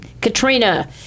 Katrina